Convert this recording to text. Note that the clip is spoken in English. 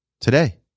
today